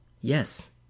Yes